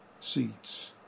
seats